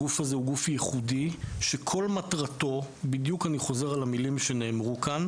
הגוף הזה הוא ייחודי וכל מטרתו בדיוק אני חוזר על המילים שנאמרו כאן